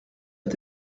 est